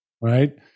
right